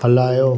हलायो